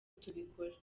tubikora